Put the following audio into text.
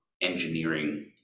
engineering